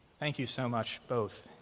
thank you so much, both.